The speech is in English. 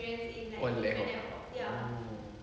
all the ad hoc oh